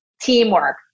teamwork